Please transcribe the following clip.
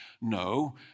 No